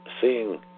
seeing